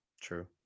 True